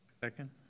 second